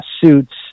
suits